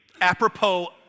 apropos